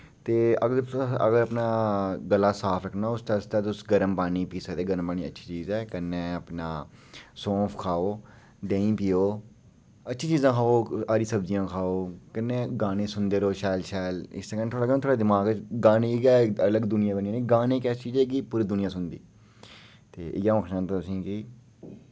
ते अगर तुस अगर अपना गला साफ रक्खना उसदे आस्तै तुस गर्म पानी पी सकदे गरम पानी अच्छी चीज ऐ कन्नै अपना सौंफ खाओ देहीं पियो अच्छी चीजां खाओ हरी सब्जियां खाओ कन्नै गाने सुन दे रौह् शैल शैल इसदे कन्नै थोह्ड़ा केह् होना थुआढ़ा दिमाग च गाने गै इक अलग दुनिया बनी जानी गाने इक ऐसी चीज ऐ की पूरी दुनिया सुन दी ते इ'यै अ'ऊं आखना चांह्दा तुसें कि